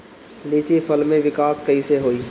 लीची फल में विकास कइसे होई?